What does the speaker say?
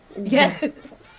Yes